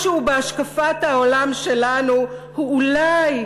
משהו בהשקפת העולם שלנו הוא אולי,